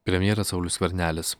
premjeras saulius skvernelis